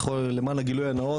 למען הגילוי הנאות,